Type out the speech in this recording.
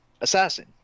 assassin